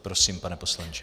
Prosím, pane poslanče.